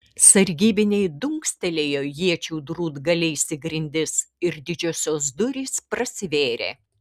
sargybiniai dunkstelėjo iečių drūtgaliais į grindis ir didžiosios durys prasivėrė